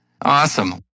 Awesome